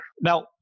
Now